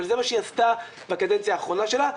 אבל זה מה שהיא עשתה בקדנציה האחרונה שלה,